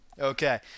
okay